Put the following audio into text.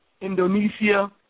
Indonesia